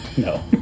No